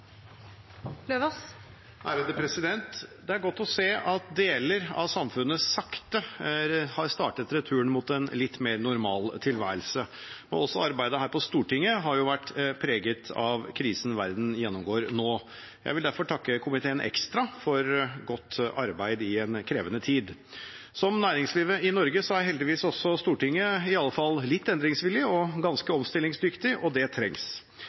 godt å se at deler av samfunnet sakte har startet returen mot en litt mer normal tilværelse. Også arbeidet her på Stortinget har vært preget av krisen verden gjennomgår nå. Jeg vil derfor takke komiteen ekstra for godt arbeid i en krevende tid. Som næringslivet i Norge er heldigvis også Stortinget iallfall litt endringsvillig og ganske omstillingsdyktig, og det trengs.